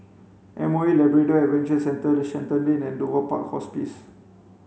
M O E Labrador Adventure Centre Shenton Lane and Dover Park Hospice